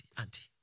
auntie